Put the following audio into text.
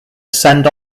send